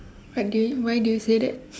why did you why do you say that